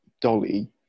Dolly